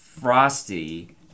frosty